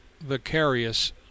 vicarious